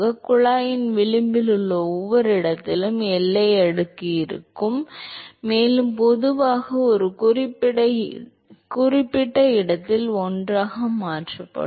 எனவே குழாயின் விளிம்பில் உள்ள ஒவ்வொரு இடத்திலும் எல்லை அடுக்கு இருக்கும் மேலும் அவை மெதுவாக ஒரு குறிப்பிட்ட இடத்தில் ஒன்றாக மாற்றப்படும்